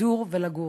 לדור ולגור.